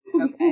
Okay